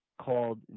called